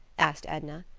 asked edna.